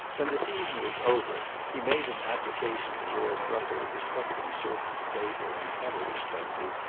when the season was over he made an application to lord rufford respecting certain stable and kennel expenses,